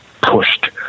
pushed